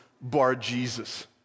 Bar-Jesus